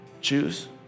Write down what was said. Choose